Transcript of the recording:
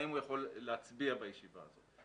האם הוא יכול להצביע בישיבה הזאת.